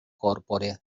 corpore